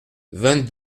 vingt